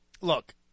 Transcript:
look